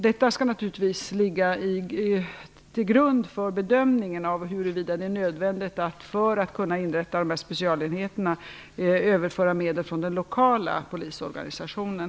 Detta skall naturligtvis ligga till grund för bedömningen av huruvida det är nödvändigt att, för att kunna inrätta specialenheterna, överföra medel från den lokala polisorganisationen.